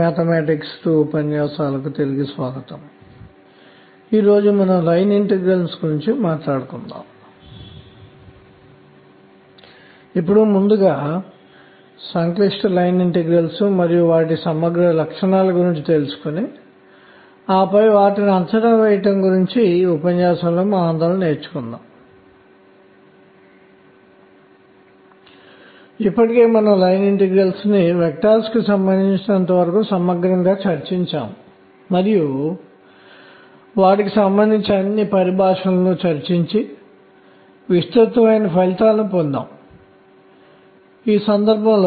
గత ఉపన్యాసంలో మనం చేసినది ఏమిటంటే పరమాణువులకు విల్సన్ సోమర్ఫెల్డ్ క్వాంటం నిబంధనలను వర్తింపజేయడం జరిగింది లేదా నేను చెప్పేది ఏమిటంటే Vr kr లో కదులుతున్న ఎలక్ట్రాన్కు క్వాంటం నిబంధనలను వర్తింపజేశాము